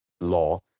law